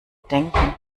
denken